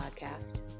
podcast